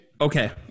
Okay